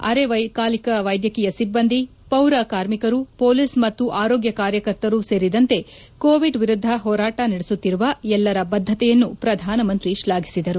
ಅರೆ ಕಾಲಿಕ ವೈದ್ಯಕೀಯ ಸಿಬ್ಬಂದಿ ಪೌರ ಕಾರ್ಮಿಕರು ಪೊಲೀಸ್ ಮತ್ತು ಆರೋಗ್ಯ ಕಾರ್ಯಕರ್ತರು ಸೇರಿದಂತೆ ಕೋವಿಡ್ ವಿರುದ್ಧ ಹೋರಾಟ ನಡೆಸುತ್ತಿರುವ ಎಲ್ಲರ ಬದ್ಧತೆಯನ್ನು ಪ್ರಧಾನಮಂತ್ರಿ ಶ್ಲಾಫಿಸಿದರು